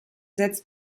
setzt